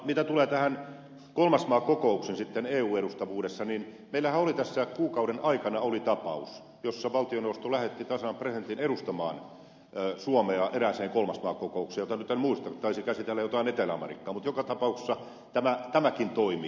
mitä tulee sitten tähän kolmas maa kokoukseen eu edustajuudessa niin meillähän oli tässä kuukauden aikana tapaus jossa valtioneuvosto lähetti tasavallan presidentin edustamaan suomea erääseen kolmas maa kokoukseen joka nyt en muista taisi käsitellä etelä amerikkaa mutta joka tapauksessa tämäkin toimii